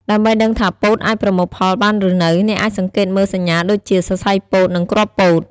ដើម្បីដឹងថាពោតអាចប្រមូលផលបានឬនៅ អ្នកអាចសង្កេតមើលសញ្ញាដូចជា សរសៃពោត និងគ្រាប់ពោត។